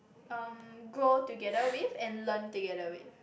um grow together with and learn together with